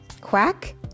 quack